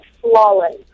flawless